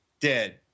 dead